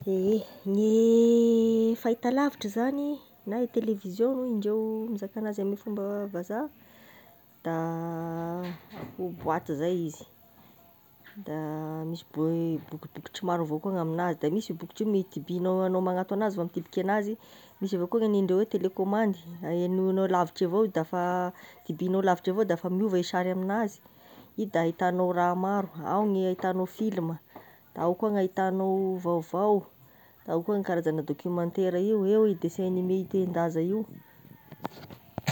Ehe, nge fahitalavitry zagny na e télévision hoy indreo mizaka anazy amin'ny fomba vazaha, da boaty zay izy, da misy bo- bokobokotry maro avao koa gn'aminazy, de misy bokotry io gny hitibignao anao manato anazy gne mikitiky anazy, misy avy akoa ny hanindreo hoe télécommandy noho egnao lavitry avao dafa tibignao lavitry avao dafa miova e sary amignazy, io da ahitanao raha maro, ao ny ahitanao filma, ao koa gn'ahitagnao vaovao, da ao koa karazagna documentaire io, eo e dessin animé hite-zaza io.